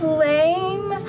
Flame